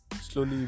slowly